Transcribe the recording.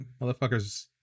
motherfuckers